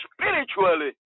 spiritually